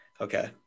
Okay